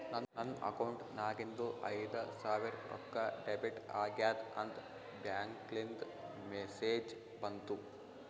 ನನ್ ಅಕೌಂಟ್ ನಾಗಿಂದು ಐಯ್ದ ಸಾವಿರ್ ರೊಕ್ಕಾ ಡೆಬಿಟ್ ಆಗ್ಯಾದ್ ಅಂತ್ ಬ್ಯಾಂಕ್ಲಿಂದ್ ಮೆಸೇಜ್ ಬಂತು